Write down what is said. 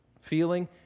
feeling